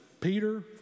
Peter